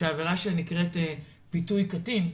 שעבירה שנקראת "פיתוי קטין",